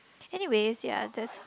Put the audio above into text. anyways ya that's